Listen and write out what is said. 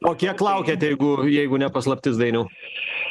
o kiek laukėte jeigu jeigu ne paslaptis dainiau